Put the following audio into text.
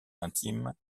intime